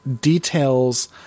details